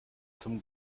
zum